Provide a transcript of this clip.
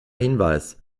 hinweis